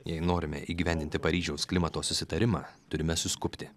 jei norime įgyvendinti paryžiaus klimato susitarimą turime suskubti